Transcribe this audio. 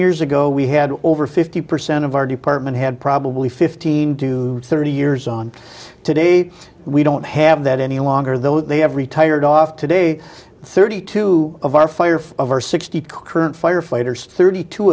years ago we had over fifty percent of our department had probably fifteen to thirty years on to date we don't have that any longer though they have retired off today thirty two of our firefighters are sixty current firefighters thirty two